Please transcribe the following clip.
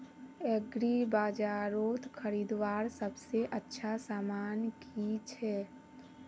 एग्रीबाजारोत खरीदवार सबसे अच्छा सामान की छे?